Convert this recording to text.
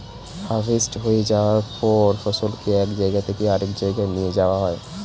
harvest হয়ে যাওয়ার পর ফসলকে এক জায়গা থেকে আরেক জায়গায় নিয়ে যাওয়া হয়